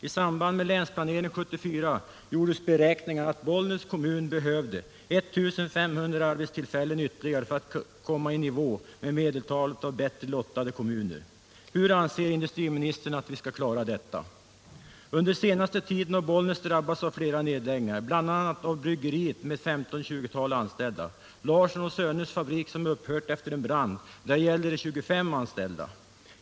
I samband med Länsplanering 74 gjordes beräkningar som visade att Bollnäs kommun behövde ca 1 500 arbetstillfällen ytterligare för att komma i nivå med medeltalet av bättre lottade kommuner. Hur anser industriministern att vi skall klara detta? Under den senaste tiden har Bollnäs drabbats av flera nedläggningar, bl.a. av bryggeriet med 15-20 anställda och av Larsson & Söners fabrik, som upphört efter en brand — där gällde det 25 anställda.